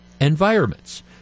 environments